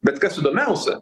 bet kas įdomiausia